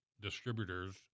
distributors